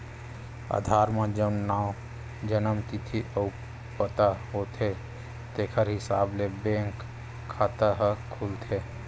आधार म जउन नांव, जनम तिथि अउ पता होथे तेखर हिसाब ले बेंक खाता ह खुलथे